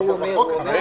בחוק.